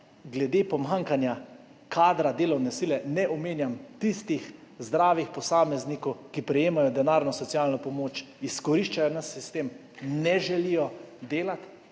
glede pomanjkanja kadra, delovne sile ne omenjam tistih zdravih posameznikov, ki prejemajo denarno socialno pomoč in izkoriščajo naš sistem. Ne želijo delati,